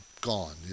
gone